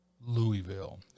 Louisville